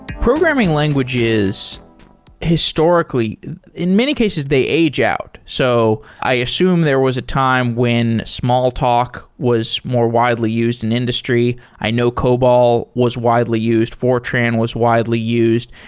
programming language historically in many cases, they age out. so i assume there was a time when small talk was more widely used in industry. i know cobol was widely used. fortran was widely used.